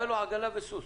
הייתה לו עגלה וסוס